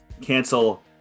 cancel